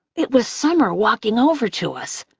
it was summer walking over to us.